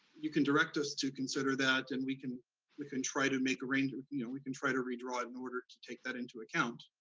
you can direct us to consider that, and we can ah can try to make arrangements, you know, we can try to redraw it in order to take that into account.